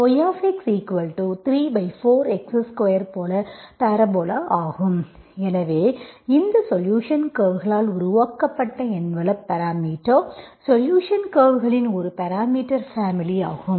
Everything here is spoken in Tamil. y34x2 போல பேரபோலா ஆகும் எனவே இந்த சொலுஷன் கர்வ்களால் உருவாக்கப்பட்ட என்வெலப் பேராமீட்டர் சொலுஷன் கர்வ்களின் ஒரு பேராமீட்டர் பேமிலி ஆகும்